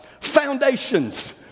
foundations